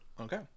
Okay